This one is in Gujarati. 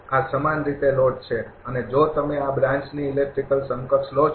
આ સમાન રીતે લોડ છે અને જો તમે આ બ્રાન્ચની ઇલેક્ટ્રિકલ સમકક્ષ લો છો